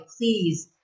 please